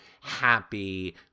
happy